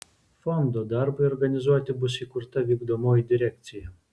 fondo darbui organizuoti bus įkurta vykdomoji direkcija